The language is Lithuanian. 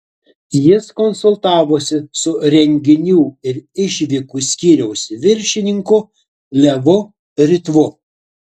jis konsultavosi su renginių ir išvykų skyriaus viršininku levu ritvu